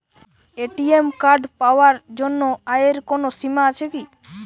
ATM card পাওয়ার জন্য আয়ের কোনো সীমা আছে কি?